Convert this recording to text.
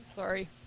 Sorry